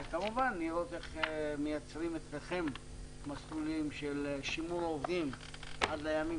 וכמובן לראות איך מייצרים אצלכם מסלולים של שימור עובדים עד לימים